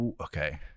Okay